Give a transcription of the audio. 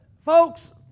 folks